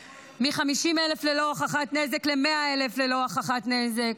מ-50,000 ללא הוכחת נזק ל-100,000 ללא הוכחת נזק.